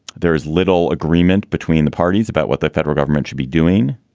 there is little agreement between the parties about what the federal government should be doing.